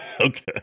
Okay